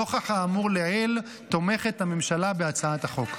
נוכח האמור לעיל, הממשלה תומכת בהצעת החוק.